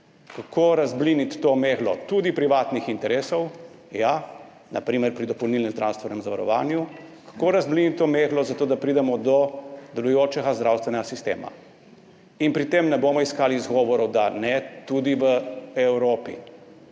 kako razbliniti to meglo, tudi privatnih interesov, ja, na primer pri dopolnilnem zdravstvenem zavarovanju, kako razbliniti to meglo zato, da pridemo do delujočega zdravstvenega sistema. In pri tem ne bomo iskali izgovorov, tudi v Evropi,